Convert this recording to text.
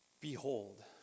Behold